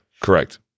correct